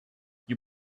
you